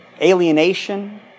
alienation